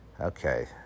okay